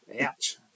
ouch